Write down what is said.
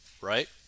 right